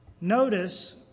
notice